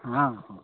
हाँ हाँ